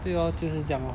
对咯就是这样咯